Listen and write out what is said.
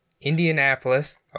Indianapolis